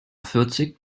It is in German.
vierzig